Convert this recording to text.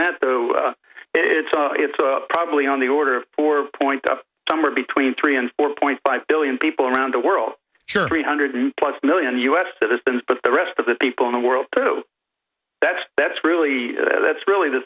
that it's a it's a probably on the order of four point of somewhere between three and four point five billion people around the world sure three hundred plus million u s citizens but the rest of the people in the world through that's that's really that's really the